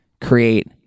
create